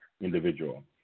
individual